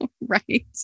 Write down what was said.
right